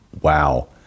wow